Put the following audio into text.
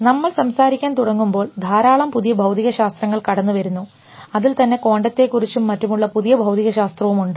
നമ്മൾ സംസാരിക്കാൻ തുടങ്ങുമ്പോൾ ധാരാളം പുതിയ ഭൌതികശാസ്ത്രങ്ങൾ കടന്നുവരുന്നു അതിൽ തന്നെ ക്വാണ്ടത്തെക്കുറിച്ചും മറ്റും ഉള്ള പുതിയ ഭൌതികശാസ്ത്രവും ഉണ്ട്